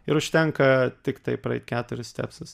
ir užtenka tiktai praeit keturis stepsus